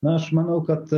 na aš manau kad